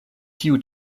tiu